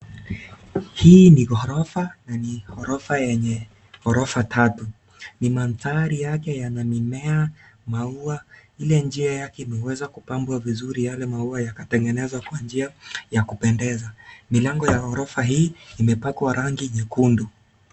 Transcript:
Hii ni ghorofa na ni ghorofa yenye ghorofa tatu, ni mandhari yake yanamimea, maua, ile njia yake imeweza kupambwa vizuri yale maua yakaweza kutengenezwa kwa njia ya kupendeza, milango ya ghorofa hii imepakwa rangi nyekundu.